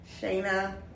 Shayna